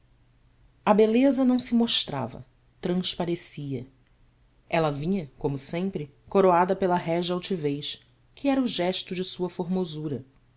a beleza não se mostrava transparecia ela vinha como sempre coroada pela régia altivez que era o gesto de sua formosura